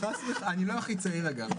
אני לא הכי צעיר, אגב.